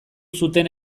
zuten